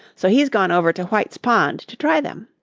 so he's gone over to white's pond to try them.